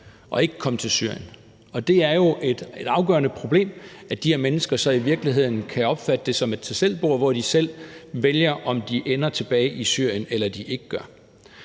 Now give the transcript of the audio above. og ikke komme til Syrien. Og det er jo et afgørende problem, at de her mennesker så i virkeligheden kan opfatte det som et tag selv-bord, hvor de selv vælger, om de ender tilbage i Syrien, eller om de ikke gør.